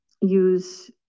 use